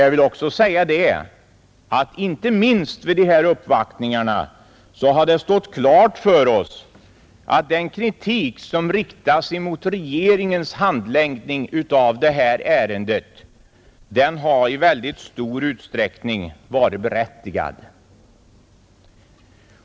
Jag vill också säga att det inte minst genom uppvaktningarna har stått klart för oss att den kritik som riktas emot regeringens handläggning av ärendet i väldigt stor utsträckning har varit berättigad.